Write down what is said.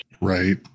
Right